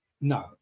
No